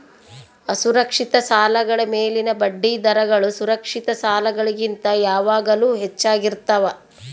ಅಸುರಕ್ಷಿತ ಸಾಲಗಳ ಮೇಲಿನ ಬಡ್ಡಿದರಗಳು ಸುರಕ್ಷಿತ ಸಾಲಗಳಿಗಿಂತ ಯಾವಾಗಲೂ ಹೆಚ್ಚಾಗಿರ್ತವ